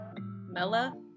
Mella